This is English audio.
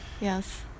Yes